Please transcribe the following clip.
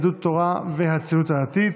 יהדות התורה והציונות הדתית.